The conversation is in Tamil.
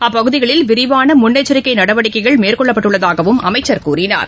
அப்பகுதிகளில் விரிவான முன்னெச்சரிக்கை நடவடிக்கைகள் மேற்கொள்ளப்பட்டிருப்பதாகவும் அமைச்சர் கூறினார்